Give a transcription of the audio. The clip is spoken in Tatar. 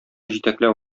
җитәкләп